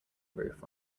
roof